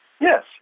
yes